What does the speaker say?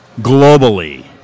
globally